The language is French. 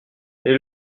les